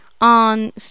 on